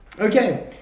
Okay